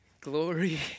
Glory